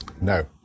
No